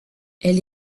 elle